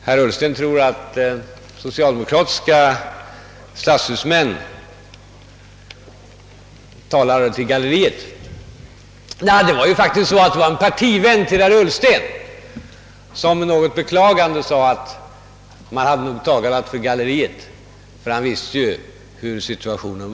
Herr Ullsten tror att socialdemokratiska stadshusmän talar till galleriet, men det var faktiskt så att det var en partivän till herr Ullsten som med något beklagande yttrade att man nog talat för galleriet, ty han kände till situationen.